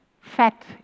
Fat